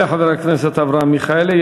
תודה לחבר הכנסת אברהם מיכאלי.